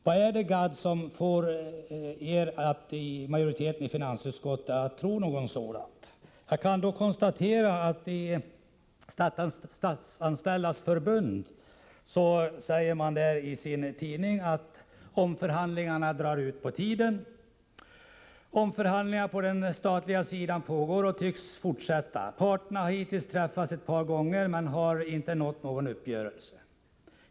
Vad är det, herr Gadd, som får er inom majoriteten av finansutskottet att tro något sådant? Jag kan konstatera att Statsanställdas förbund i sin tidning säger att omförhandlingen drar ut på tiden och fortsätter: ”Omförhandlingen på den statliga sidan pågår och tycks fortsätta. Parterna har hittills träffats ett par gånger, men man har inte nått någon uppgörelse.